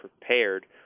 prepared